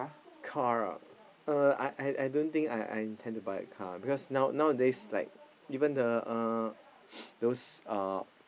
car ah uh I I I don't think I I intend to buy a car because now nowadays like even the uh those uh